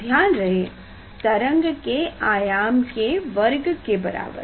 ध्यान रहे तरंग के आयाम के वर्ग के बराबर